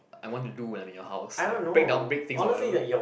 I want to do when I'm in your house like break down break things or whatever